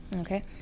Okay